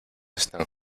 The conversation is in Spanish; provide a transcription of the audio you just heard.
están